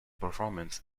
performance